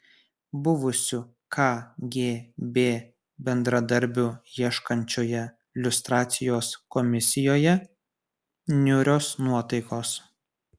buvusių kgb bendradarbių ieškančioje liustracijos komisijoje niūrios nuotaikos